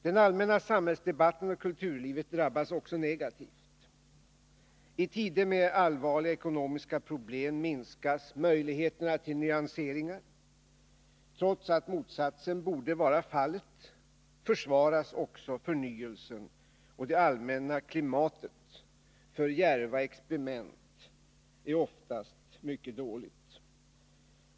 Den allmänna samhällsdebatten och kulturlivet drabbas också negativt. I tider med allvarliga ekonomiska problem minskas möjligheterna till nyanseringar. Trots att motsatsen borde vara fallet försvåras också förnyelsen, och det allmänna klimatet för djärva experiment är oftast mycket dåligt.